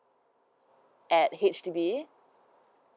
at H_D_B